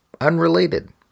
unrelated